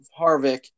Harvick